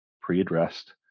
pre-addressed